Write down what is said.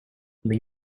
when